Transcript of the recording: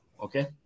Okay